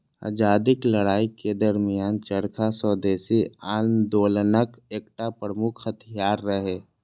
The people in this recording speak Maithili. आजादीक लड़ाइ के दरमियान चरखा स्वदेशी आंदोलनक एकटा प्रमुख हथियार रहै